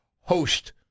host